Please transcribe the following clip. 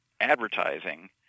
advertising